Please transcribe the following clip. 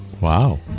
Wow